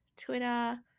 twitter